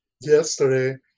yesterday